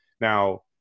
Now